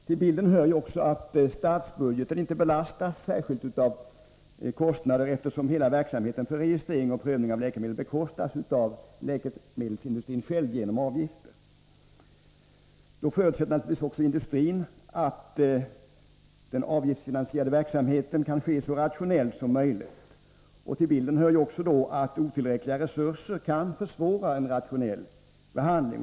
Till bilden hör också att statsbudgeten inte belastas av några merkostnader, eftersom hela verksamheten för registrering och prövning av läkemedel bekostas av läkemedelsindustrin själv genom avgifter. Industrin förutsätter naturligtvis också att den avgiftsfinansierade verksamheten kan ske så rationellt som möjligt. Otillräckliga resurser kan försvåra en rationell behandling.